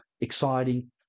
exciting